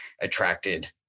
attracted